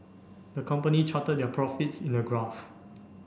the company charted their profits in a graph